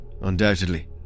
Undoubtedly